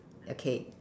okay